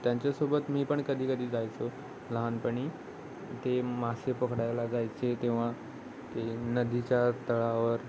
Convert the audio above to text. त्यांच्यासोबत मी पण कधी कधी जायचो लहानपणी ते मासे पकडायला जायचे तेव्हा ते नदीच्या तळावर